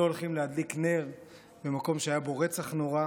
לא הולכים להדליק נר במקום שהיה בו רצח נורא.